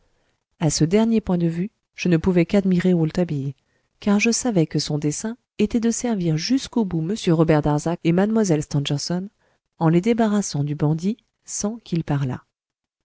à ce dernier point de vue je ne pouvais qu'admirer rouletabille car je savais que son dessein était de servir jusqu'au bout m robert darzac et mlle stangerson en les débarrassant du bandit sans qu'il parlât